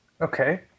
Okay